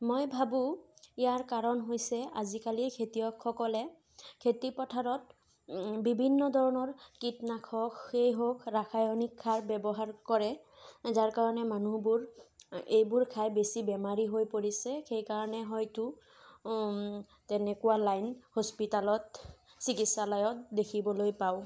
মই ভাবোঁ ইয়াৰ কাৰণ হৈছে আজিকালি খেতিয়কসকলে খেতি পথাৰত বিভিন্ন ধৰণৰ কীটনাশকেই হওঁক ৰাসায়নিক সাৰ ব্যৱহাৰ কৰে যাৰ কাৰণে মানুহবোৰ এইবোৰ খাই বেছি বেমাৰী হৈ পৰিছে সেইকাৰণে হয়তো তেনেকুৱা লাইন হস্পিতালত চিকিৎসালয়ত দেখিবলৈ পাওঁ